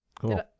Cool